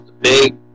big